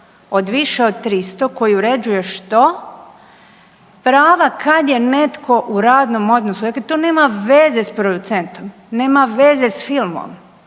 od više od 300 koji uređuje što? Prava kada je netko u radnom odnosu. Dakle, to nema veze s producentom, nema veze s filmom.